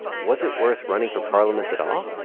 was it worth running for parliament at all?